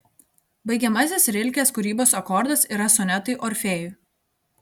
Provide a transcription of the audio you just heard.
baigiamasis rilkės kūrybos akordas yra sonetai orfėjui